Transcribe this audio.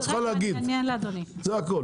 את צריכה להגיד זה הכל,